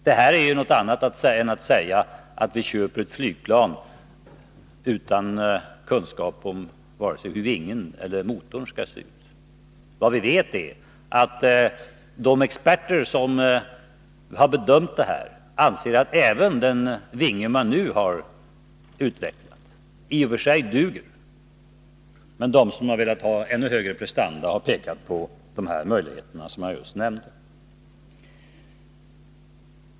Det här är något annat än att säga att vi köper ett flygplan utan kunskap om hur vare sig vingen eller motorn skall se ut. Vi vet att de experter som bedömt det här anser att även den vinge som ingår i ”grundversionen” i och för sig duger. Men de som har velat ha ännu högre prestanda har pekat på de möjligheter som jag just nämnde.